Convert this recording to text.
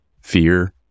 Fear